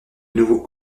nouveau